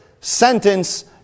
sentence